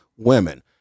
women